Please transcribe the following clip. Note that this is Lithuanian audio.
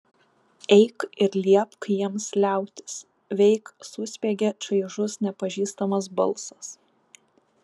eik ir liepk jiems liautis veik suspiegė čaižus nepažįstamas balsas